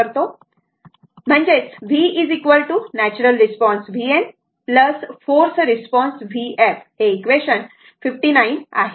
म्हणजेच v natural response vn force response vf हे equation 59 आहे